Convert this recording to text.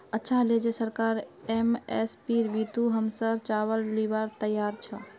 अच्छा हले जे सरकार एम.एस.पीर बितु हमसर चावल लीबार तैयार छ